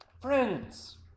Friends